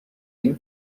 این